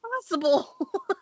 possible